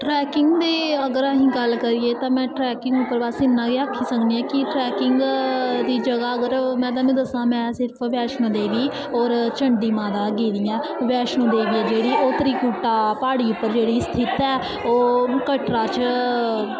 trekking दी अगर असीं गल्ल करिए ते में ट्रकिंग उप्पर बस इन्ना गै आक्खी सकनी आं कि ट्रकिंग दी जगह् अगर में थुआनूं दस्सां में सिर्फ बैष्णो देवी होर चण्डी माता गेदी आं बैष्णो देवी गेदी ओह् त्रिकुटा प्हाड़ी उप्पर जेह्ड़ी स्थित ऐ ओह् कटरा च